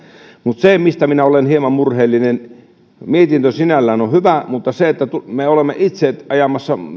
mutta se mistä minä olen hieman murheellinen on se että vaikka mietintö sinällään on hyvä niin me olemme itse ajamassa